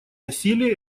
насилие